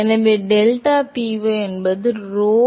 எனவே இது டெல்டாபிக்கு rho மூலம் டெல்டாவிற்கு அளவிடுதல் ஆகும்